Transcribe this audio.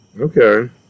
Okay